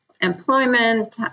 employment